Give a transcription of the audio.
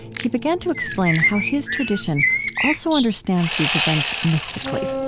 he began to explain how his tradition also understands these events mystically.